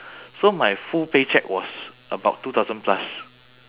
so my full pay cheque was about two thousand plus